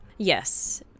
Yes